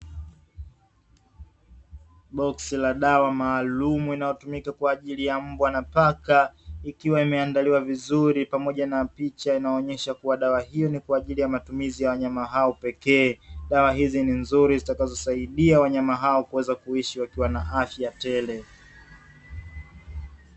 Boksi la dawa maalumu inayotumika kwa ajiki ya mbwa na paka ikiwa imeandaliwa vizuri pamoja na picha inayoonyesha kuwa dawa hiyo nj kwa ajili ya matumizi ya wanyama hao pekee. Dawa hizi ni nzuri zitakazosaidia wanyama hao kuweza kuishi wakiwa na afya tele.